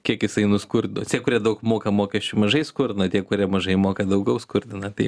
kiek jisai nuskurdo tie kurie daug moka mokesčių mažai skurdina tie kurie mažai moka daugiau skurdina tai